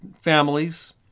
families